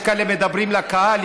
יש כאלה שמדברים לקהל,